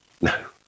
No